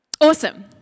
Awesome